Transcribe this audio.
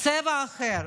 צבע אחר?